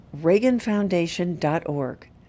reaganfoundation.org